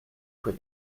free